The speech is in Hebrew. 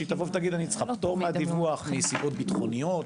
שהיא תגיד שהיא צריכה פטור מהדיווח מסיבות ביטחוניות,